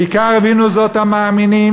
בעיקר הבינו זאת המאמינים,